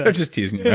but just teasing